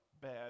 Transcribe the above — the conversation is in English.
bad